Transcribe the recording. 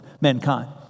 mankind